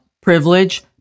privilege